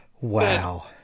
Wow